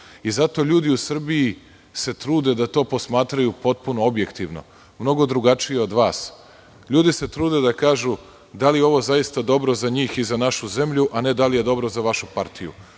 i zato se ljudi u Srbiji trude da to posmatraju potpuno objektivno, mnogo drugačije od vas. Ljudi se trude da kažu da li je ovo zaista dobro za njih i za našu zemlju, ali ne da li je dobro za vašu partiju.